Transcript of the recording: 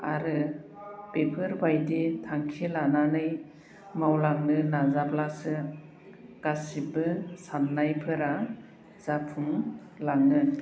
आरो बिफोरबायदि थांखि लानानै मावलांनो नाजाब्लासो गासिबो साननायफोरा जाफुं लाङो